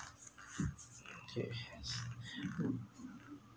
yes